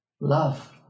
Love